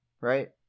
Right